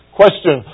question